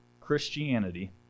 Christianity